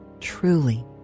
truly